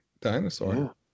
dinosaur